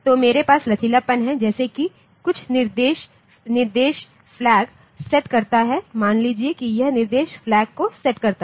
तो मेरे पास लचीलापन है जैसे कि कुछ निर्देश फ्लैगसेट करता है मान लीजिए कि यह निर्देश फ्लैग को सेट करता है